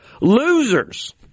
Losers